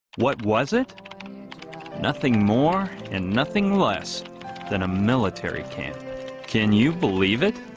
what was it nothing more and nothing less than a military can can you believe it?